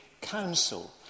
council